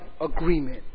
agreement